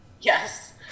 Yes